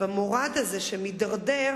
במורד הזה שמידרדרים